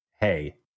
hey